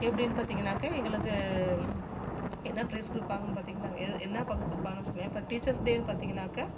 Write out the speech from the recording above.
எப்படின்னு பார்த்தீங்கன்னாக்க எங்களுக்கு என்ன பிரைஸ் கொடுப்பாங்கன்னு பார்த்தீங்கன்னா எ என்ன பங்கு கொடுப்பாங்கன்னு வச்சுக்கோங்களேன் இப்போ டீச்சர்ஸ் டேனு பார்த்தீங்கன்னாக்கா